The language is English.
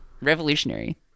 Revolutionary